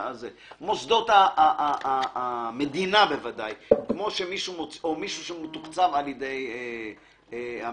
מוסדות המדינה בוודאי או מי שמתוקצב על ידי המדינה,